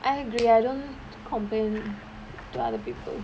I agree I don't complain to other people